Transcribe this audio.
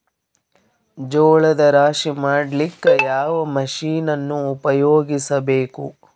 ಜೋಳದ ರಾಶಿ ಮಾಡ್ಲಿಕ್ಕ ಯಾವ ಮಷೀನನ್ನು ಉಪಯೋಗಿಸಬೇಕು?